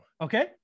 Okay